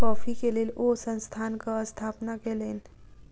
coffee के लेल ओ संस्थानक स्थापना कयलैन